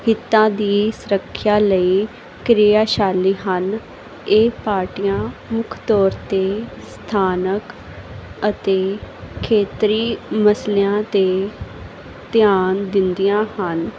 ਹਿੱਤਾਂ ਦੀ ਸੁਰੱਖਿਆ ਲਈ ਕ੍ਰਿਆਸ਼ਾਲੀ ਹਨ ਇਹ ਪਾਰਟੀਆਂ ਮੁੱਖ ਤੌਰ 'ਤੇ ਸਥਾਨਕ ਅਤੇ ਖੇਤਰੀ ਮਸਲਿਆਂ 'ਤੇ ਧਿਆਨ ਦਿੰਦੀਆਂ ਹਨ